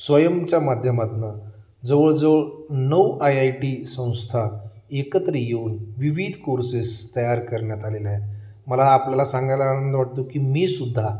स्वयमच्या माध्यमातून जवळजवळ नऊ आय आय टी संस्था एकत्र येऊन विविध कोर्सेस तयार करण्यात आलेले आहेत मला आपल्याला सांगायला आनंद वाटतो की मी सुद्धा